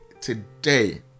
today